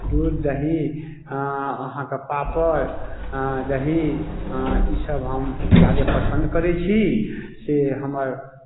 दूध दही अहाँके पापड़ दही ईसभ हम ज्यादे पसन्द करै छी से हमर